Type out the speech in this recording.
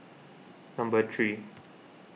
number three